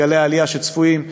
בגלי העלייה שצפויים,